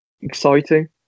exciting